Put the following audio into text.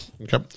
okay